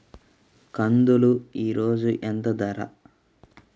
కందులు ఈరోజు ఎంత ధర?